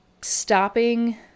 stopping